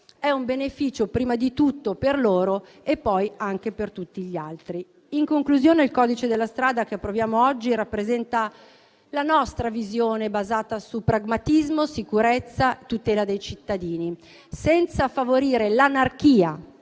è un beneficio prima di tutto per loro e, poi, anche per gli altri. In conclusione, il codice della strada che approviamo oggi rappresenta la nostra visione basata su pragmatismo, sicurezza e tutela dei cittadini, senza favorire l'anarchia